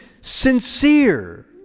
sincere